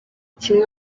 kimwe